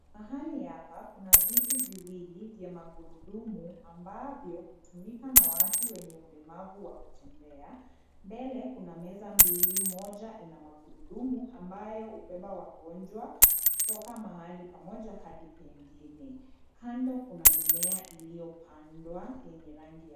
Mahali hapa kuna viti viwili vya magurudumu ambavyo hutumika na watu wenye ulemavu wa kutembea. Mbele kuna meza mbili, moja ina magurudumu ambayo hubeba wagonjwa kutoka mahali pamoja hadi pengine. Kando kuna mimea iliyopandwa yenye rangi ya.